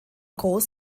groß